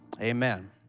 Amen